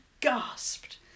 gasped